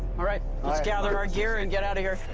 all right. let's gather our gear and get out of here.